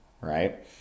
right